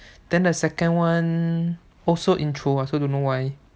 then the second one also intro I also don't know why